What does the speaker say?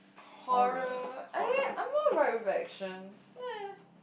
horror eh I'm more like Reflection